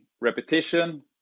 repetition